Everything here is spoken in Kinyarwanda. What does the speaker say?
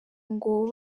ngo